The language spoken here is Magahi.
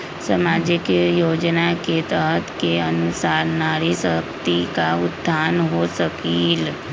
सामाजिक योजना के तहत के अनुशार नारी शकति का उत्थान हो सकील?